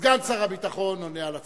סגן שר הביטחון עונה על הצעות,